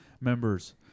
members